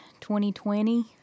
2020